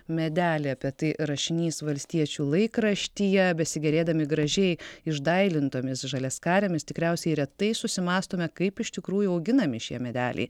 medelį apie tai rašinys valstiečių laikraštyje besigėrėdami gražiai išdailintomis žaliaskarėmis tikriausiai retai susimąstome kaip iš tikrųjų auginami šie medeliai